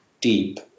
deep